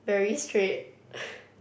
very straight